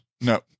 No